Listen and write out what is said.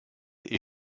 est